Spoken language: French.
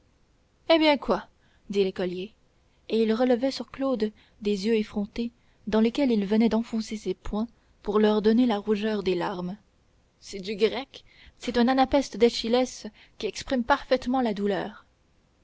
eh bien quoi dit l'écolier et il relevait sur claude des yeux effrontés dans lesquels il venait d'enfoncer ses poings pour leur donner la rougeur des larmes c'est du grec c'est un anapeste d'eschyles qui exprime parfaitement la douleur